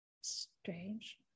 strange